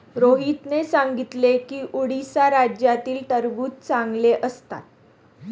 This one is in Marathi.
रोहितने सांगितले की उडीसा राज्यातील टरबूज चांगले असतात